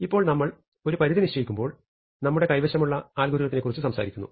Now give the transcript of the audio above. ഇപ്പോൾ നമ്മൾ ഒരു പരിധി നിശ്ചയിക്കുമ്പോൾ നമ്മുടെ കൈവശമുള്ള അൽഗോരിത്തിനെക്കുറിച്ച് സംസാരിക്കുന്നു